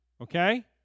okay